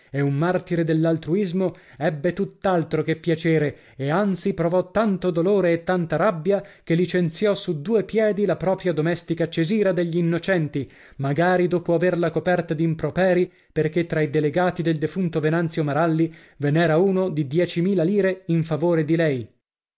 e un martire dell'altruismo ebbe tutt'altro che piacere e anzi provò tanto dolore e tanta rabbia che licenziò su due piedi la propria domestica cesira degli innocenti magari dopo averla coperta d'improperi perché tra i legati del defunto venanzio maralli ve n'era uno di diecimila lire in favore di lei